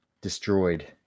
Destroyed